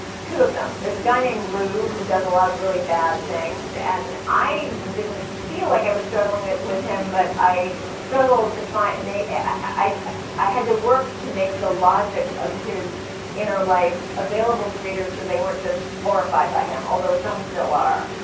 two of them. there's a guy named lou who does a lot of really bad things. and i didn't feel like i was struggling with him, but i struggled to find, i i had to work to make the logic of his inner life available to readers so they weren't just horrified by him. although, some still are.